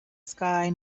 sky